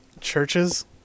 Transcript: churches